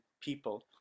people